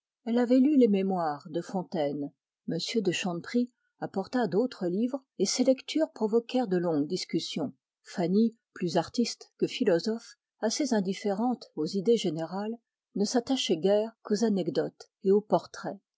elle avait lu les mémoires de fontaine m de chanteprie apporta d'autres livres qui provoquèrent de longues discussions fanny plus artiste que philosophe assez indifférente aux idées générales ne s'attachait guère qu'aux anecdotes et aux portraits